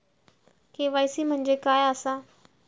KYC म्हणजे काय आसा?